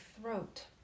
throat